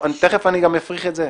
תיכף אני גם אפריך את זה,